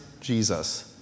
Jesus